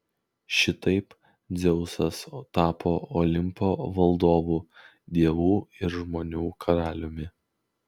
šitaip dzeusas tapo olimpo valdovu dievų ir žmonių karaliumi